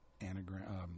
anagram